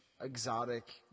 exotic